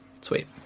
sweet